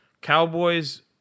Cowboys